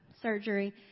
Surgery